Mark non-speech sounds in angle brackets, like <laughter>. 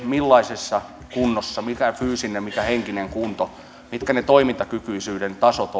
millaisessa kunnossa on mikä on fyysinen mikä henkinen kunto mitkä ne toimintakykyisyyden tasot <unintelligible>